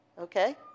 okay